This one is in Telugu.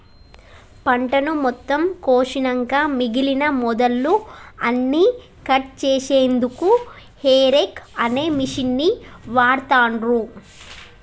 పంటను మొత్తం కోషినంక మిగినన మొదళ్ళు అన్నికట్ చేశెన్దుకు హేరేక్ అనే మిషిన్ని వాడుతాన్రు